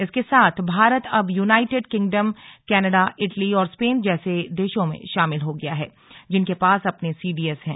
इसके साथ भारत अब यूनाइटेड किंगडम कनाडा इटली और स्पेन जैसे देशों में शामिल हो गया है जिनके पास अपने सीडीएस हैं